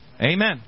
Amen